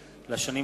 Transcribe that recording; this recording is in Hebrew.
שעה),